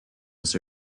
was